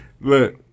Look